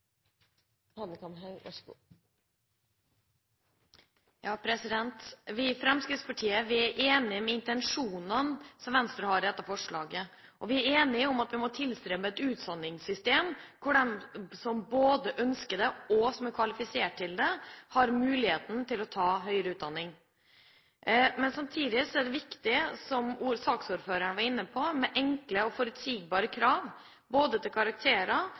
enig i at vi må tilstrebe et utdanningssystem hvor både de som ønsker det, og de som er kvalifisert til det, har mulighet til å ta høyere utdanning. Samtidig er det, som saksordføreren var inne på, viktig med enkle og forutsigbare krav både til karakterer